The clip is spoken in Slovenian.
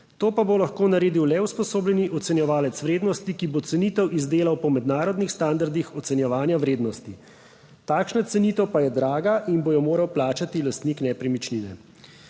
To pa bo lahko naredil le usposobljeni ocenjevalec vrednosti, ki bo cenitev izdelal po mednarodnih standardih ocenjevanja vrednosti. Takšna cenitev pa je draga in bo jo moral plačati lastnik nepremičnine.